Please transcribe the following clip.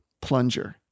plunger